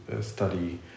study